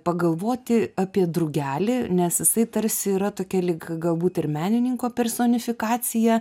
pagalvoti apie drugelį nes jisai tarsi yra tokia lyg galbūt ir menininko personifikacija